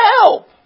help